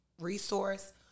resource